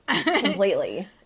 completely